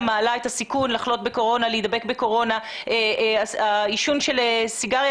מעלה את הסיכון לחלות ולהידבק בקורונה ועישון של סיגריה